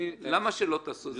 למה שלא תעשו את זה?